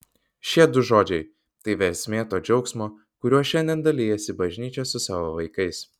šie du žodžiai tai versmė to džiaugsmo kuriuo šiandien dalijasi bažnyčia su savo vaikais